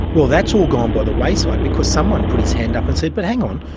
well, that's all gone by the wayside because someone put his hand up and said, but hang on,